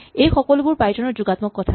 এই সকলোবোৰ পাইথন ৰ যোগাত্মক কথা